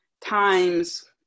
times